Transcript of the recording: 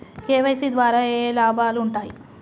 KYC ద్వారా ఏఏ లాభాలు ఉంటాయి?